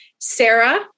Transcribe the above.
Sarah